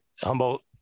Humboldt